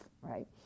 right